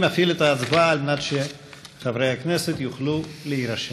אני מפעיל את ההצבעה על מנת שחברי הכנסת יוכלו להירשם.